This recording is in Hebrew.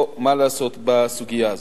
או מה לעשות בסוגיה הזאת.